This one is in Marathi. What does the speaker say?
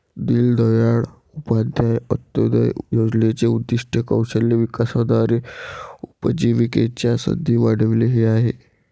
दीनदयाळ उपाध्याय अंत्योदय योजनेचे उद्दीष्ट कौशल्य विकासाद्वारे उपजीविकेच्या संधी वाढविणे हे आहे